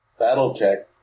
Battletech